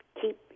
keep